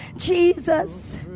Jesus